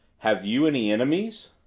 have you any enemies?